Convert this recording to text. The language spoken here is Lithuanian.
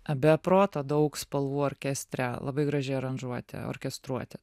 be proto daug spalvų orkestre labai graži aranžuotė orkestruotė